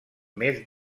més